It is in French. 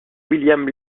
william